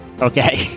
Okay